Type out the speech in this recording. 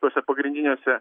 tose pagrindinėse